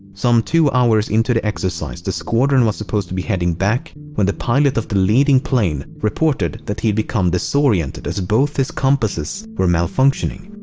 some two hours into the exercise the squadron was supposed to be heading back when the pilot of the leading plane reported that he'd become disoriented as both of his compasses were malfunctioning.